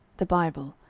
the bible,